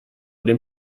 den